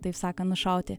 taip sakant nušauti